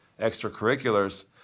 extracurriculars